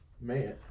man